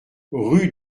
rue